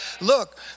look